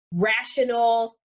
rational